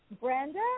Brenda